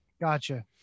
Gotcha